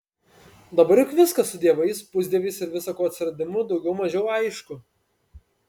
dabar juk viskas su dievais pusdieviais ir visa ko atsiradimu daugiau mažiau aišku